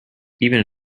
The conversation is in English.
even